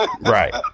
right